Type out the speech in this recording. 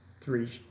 three